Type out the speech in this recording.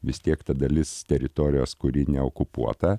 vis tiek ta dalis teritorijos kuri neokupuota